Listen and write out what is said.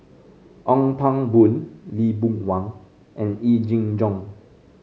Ong Pang Boon Lee Boon Wang and Yee Jenn Jong